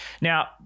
Now